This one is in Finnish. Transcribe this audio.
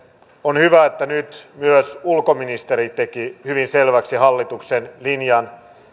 on hyvä että nyt myös ulkoministeri teki hyvin selväksi hallituksen linjan